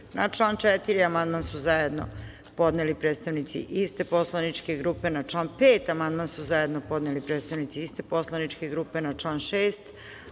Na član 4. amandman su zajedno podeli predstavnici iste poslaničke grupe. Na član 5. amandman su zajedno podeli predstavnici iste poslaničke grupe. Na član 6.